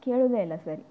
ಕೇಳುದೇ ಇಲ್ಲ ಸರಿ